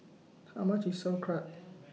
How much IS Sauerkraut